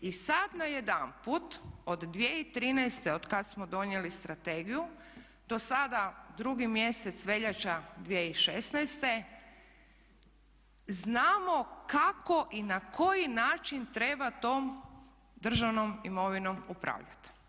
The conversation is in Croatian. I sada najedanput, od 2013. od kada smo donijeli strategiju do sada drugi mjesec veljača 2016. znamo kako i na koji način treba tom državnom imovinom upravljati.